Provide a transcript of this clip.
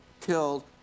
killed